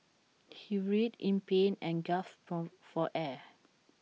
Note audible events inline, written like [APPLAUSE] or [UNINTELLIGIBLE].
he writhed in pain and gasped [UNINTELLIGIBLE] for air